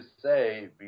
say